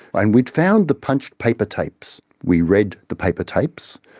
and we'd found the punched paper tapes, we read the paper tapes,